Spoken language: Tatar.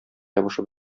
ябышып